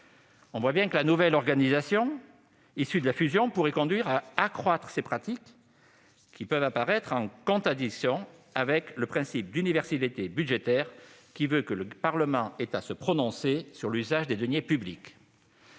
de dividendes. La nouvelle organisation issue de la fusion pourrait conduire à accroître ces pratiques, qui peuvent sembler en contradiction avec le principe d'universalité budgétaire, lequel veut que le Parlement ait à se prononcer sur l'usage des deniers publics.